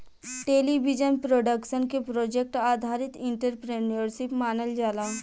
television production के project आधारित entrepreneurship मानल जाला